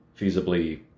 feasibly